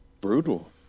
Brutal